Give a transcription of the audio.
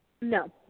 No